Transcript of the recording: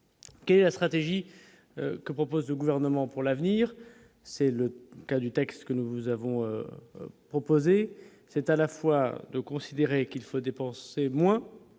Et à stratégie que propose au gouvernement pour l'avenir, c'est le cas du texte que nous vous avons proposé, c'est à la fois de considérer qu'il faut dépenser moins,